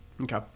Okay